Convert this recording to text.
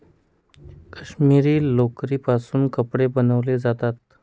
काश्मिरी लोकरीपासून कपडे बनवले जातात